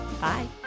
Bye